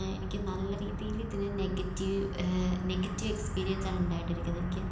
എനിക്ക് നല്ല രീതിയിൽ ഇതിനെ നെഗറ്റീവ് നെഗറ്റീവ് എക്സ്പീരിയൻസ് ആണ് ഉണ്ടായിട്ട് ഇരിക്കുന്നത് എനിക്ക്